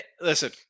Listen